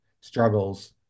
struggles